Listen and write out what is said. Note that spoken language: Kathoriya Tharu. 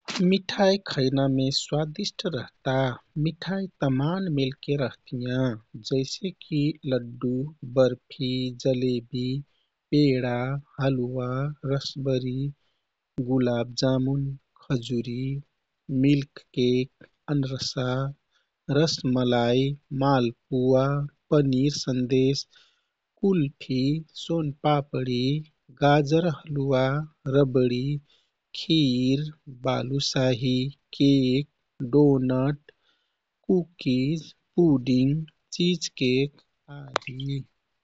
मिठाइ खैनामे स्वादिष्ट रहता। मिठाइ तमान मेलके रहतियाँ। जैसेकि लड्डु, बर्फी, जलेबी, पेडा, हलुवा, रसबरी, गुलाब जामुन, खजुरी, मिल्क केक, अनरसा, rasmalai, malpua, paneer sandesh, kulfi, soan papdi, gajar halwa, rabdi, kheer, balushahi, cake, donut, cookies, pudding, cheesecake आदि।